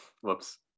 Whoops